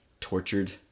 tortured